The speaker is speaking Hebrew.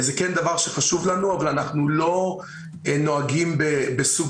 זה כן דבר שחשוב לנו אבל אנחנו לא נוהגים בסוג